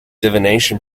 divination